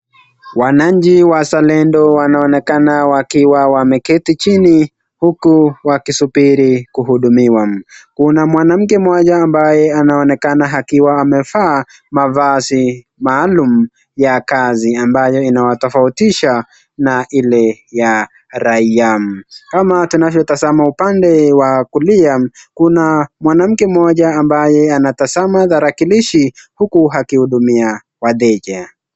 Wanchi wazalendo wanaonekana wakiwa wameketi chini huku wakisubiri kuhudumiwa, kuna mwanamke moja ambaye anaonekana akiwa amevaa mavazi maalum ya kazi ambayo inawatafautisha na ile ya raia, kama tunavyo tazama upande wa kulia kuna mwanamke moja anayetazama tarakilishi huku akihudumia wateja